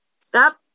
Stop